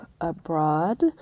abroad